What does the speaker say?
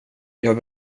jag